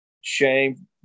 Shame